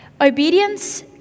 Obedience